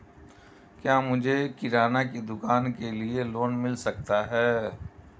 क्या मुझे किराना की दुकान के लिए लोंन मिल सकता है?